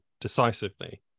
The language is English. decisively